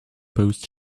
post